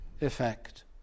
effect